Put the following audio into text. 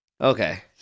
Okay